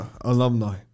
alumni